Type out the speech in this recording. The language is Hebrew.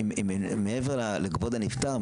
מעבר לכבוד הנפטר,